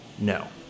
no